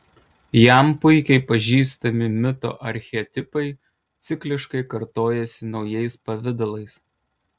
jam puikiai pažįstami mito archetipai cikliškai kartojasi naujais pavidalais